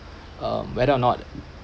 um whether or not